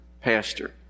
pastor